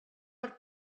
per